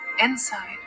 Inside